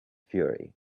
fury